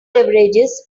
beverages